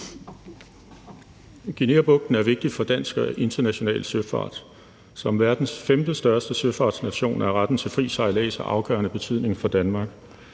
Guineabugten er vigtig for dansk og international søfart. Som verdens femtestørste søfartsnation er retten til fri sejlads af afgørende betydning for Danmark.